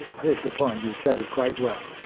here's the point, you've said it quite well.